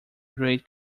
great